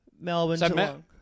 Melbourne